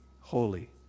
holy